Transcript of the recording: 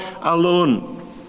alone